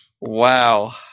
Wow